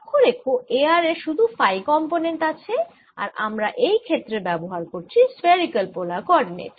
লক্ষ্য রেখো A r এর শুধু ফাই কম্পোনেন্ট আছে আর আমরা এই ক্ষেত্রে ব্যবহার করেছি স্ফেরিকাল পোলার কোঅরডিনেট